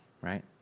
right